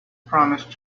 promised